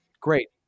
Great